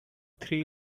three